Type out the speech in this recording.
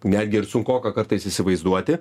netgi ir sunkoka kartais įsivaizduoti